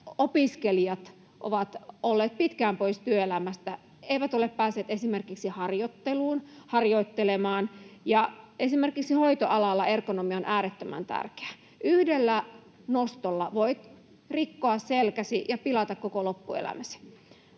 opiskelijat ovat olleet pitkään pois työelämästä — eivät ole päässeet esimerkiksi harjoitteluun harjoittelemaan, ja esimerkiksi hoitoalalla ergonomia on äärettömän tärkeää. Yhdellä nostolla voit rikkoa selkäsi ja pilata koko loppuelämäsi.